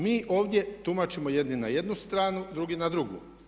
Mi ovdje tumačimo jedni na jednu stranu, drugi na drugu.